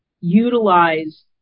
utilize